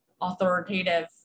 authoritative